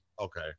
Okay